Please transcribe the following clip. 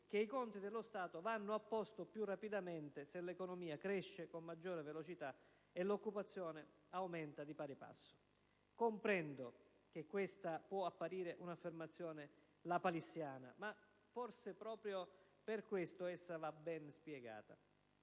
quale i conti dello Stato vanno a posto più rapidamente se l'economia cresce con maggiore velocità e l'occupazione aumenta di pari passo. Comprendo che questa può apparire una affermazione lapalissiana, ma forse proprio per questo va ben spiegata: